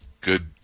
good